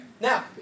now